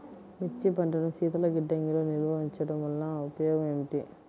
మిర్చి పంటను శీతల గిడ్డంగిలో నిల్వ ఉంచటం వలన ఉపయోగం ఏమిటి?